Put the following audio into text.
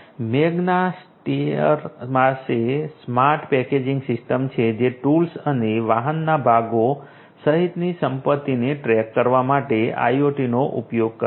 Magna Steyr પાસે smart packaging system છે જે ટૂલ્સ અને વાહનના ભાગો સહિતની સંપત્તિને ટ્રેક કરવા માટે IoT નો ઉપયોગ કરે છે